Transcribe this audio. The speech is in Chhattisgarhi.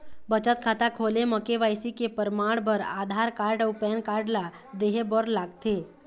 बचत खाता खोले म के.वाइ.सी के परमाण बर आधार कार्ड अउ पैन कार्ड ला देहे बर लागथे